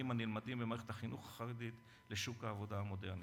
הנלמדים במערכת החינוך החרדית לשוק העבודה המודרני.